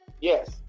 Yes